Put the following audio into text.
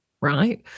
right